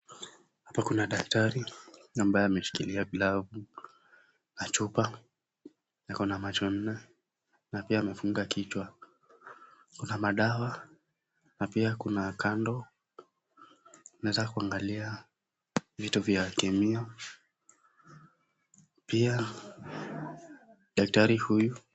Hapa kuna daktari ambaye ameshikilia glavu na chupa , ako na macho nne na pia amefunga kichwa . Kuna madawa na pia kuna kando . Unaweza kuangalia vitu vya kemia pia daktari huyu.